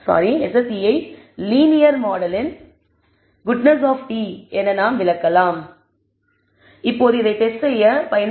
SSE ஐ linear மாடலின் goodness of t என நாம் விளக்கலாம் இப்போது இதை ஒரு டெஸ்ட் செய்ய பயன்படுத்தலாம்